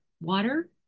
water